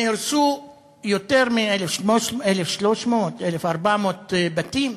נהרסו יותר מ-1,300, 1,400 בתים.